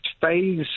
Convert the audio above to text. phase